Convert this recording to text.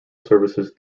services